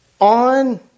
On